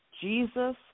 Jesus